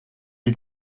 die